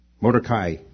Mordecai